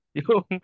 yung